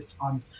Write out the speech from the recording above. on